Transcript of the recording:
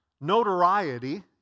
notoriety